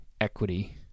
equity